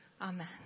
Amen